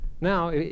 Now